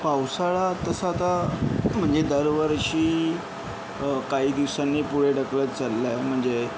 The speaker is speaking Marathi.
पावसाळा तसा आता म्हणजे दरवर्षी काही दिवसांनी पुढे ढकलत चालला आहे म्हणजे